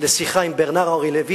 לשיחה עם ברנאר אנרי לוי,